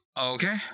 Okay